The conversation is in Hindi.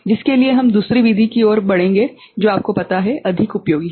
जिसके लिए हम दूसरी विधि की ओर बढ़ेंगे जो आपको पता है अधिक उपयोगी है